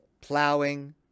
plowing